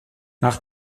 nach